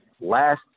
last